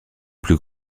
plus